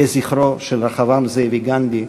יהי זכרו של רחבעם זאבי, גנדי,